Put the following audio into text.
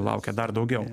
laukia dar daugiau